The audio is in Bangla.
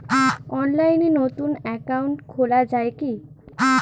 অনলাইনে নতুন একাউন্ট খোলা য়ায় কি?